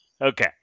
Okay